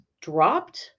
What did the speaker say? dropped